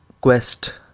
quest